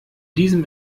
diesem